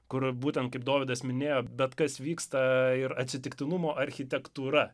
kur būtent kaip dovydas minėjo bet kas vyksta ir atsitiktinumo architektūra